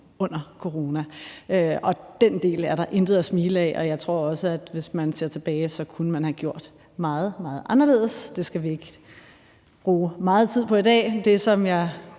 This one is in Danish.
under corona. Den del er der intet at smile af. Jeg tror også – hvis man ser tilbage – at man kunne have gjort det meget anderledes. Det skal vi ikke bruge meget tid på i dag. Det, som jeg